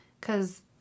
Cause